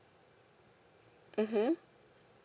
mmhmm